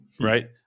right